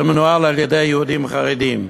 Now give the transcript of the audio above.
שמנוהל על-ידי יהודים חרדים.